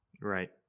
Right